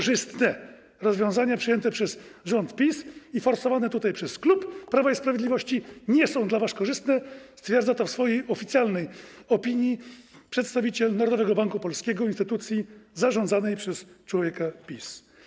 Rozwiązania przyjęte przez rząd PiS i forsowane tutaj przez klub Prawa i Sprawiedliwości nie są dla was korzystne - stwierdza to w swojej oficjalnej opinii przedstawiciel Narodowego Banku Polskiego, czyli instytucji zarządzanej przez człowieka PiS.